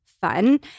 fun